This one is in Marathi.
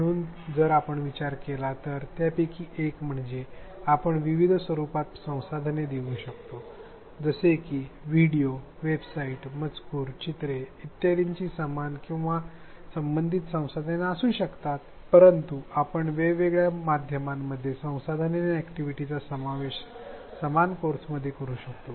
म्हणून जर आपण विचार केला तर त्यापैकी एक म्हणजे आपण विविध स्वरूपात संसाधने देऊ शकतो जसे की व्हिडिओ वेबसाइट्स मजकूर चित्रे ईत्यादींशी समान किंवा संबंधित संसाधने असू शकतात परंतु आपण वेगवेगळ्या माध्यमांमध्ये संसाधने आणि अॅक्टिव्हिटीसचा समावेश समान कोर्समध्ये करू शकतो